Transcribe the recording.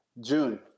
June